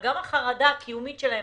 אבל גם החרדה הקיומית שלהם,